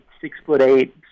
six-foot-eight